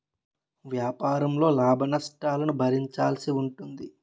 వ్యాపారంలో లాభనష్టాలను భరించాల్సి ఉంటుంది